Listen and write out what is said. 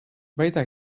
baita